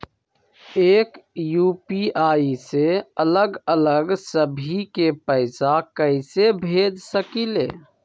एक यू.पी.आई से अलग अलग सभी के पैसा कईसे भेज सकीले?